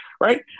Right